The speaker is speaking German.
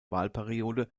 wahlperiode